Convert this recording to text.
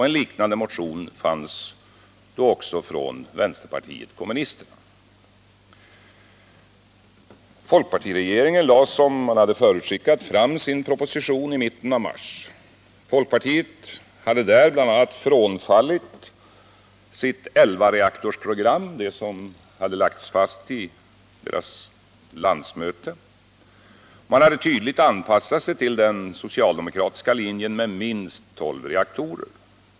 En liknande motion förelåg då också från vänsterpartiet kommunisterna. Folkpartiregeringen lade, som man hade förutskickat, fram sin proposition i mitten av mars. Folkpartiet hade där bl.a. frånfallit sitt elvareaktorsprogram — som hade lagts fast vid partiets landsmöte — och tydligt anpassat sig till den socialdemokratiska linjen med minst tolv reaktorer.